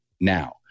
now